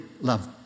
love